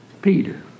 Peter